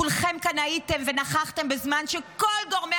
כולכם כאן הייתם ונכחתם בזמן שכל גורמי